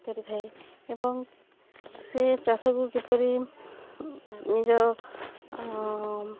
କରିଥାଏ ଏବଂ ସେ ଚାଷକୁ କିପରି ନିଜ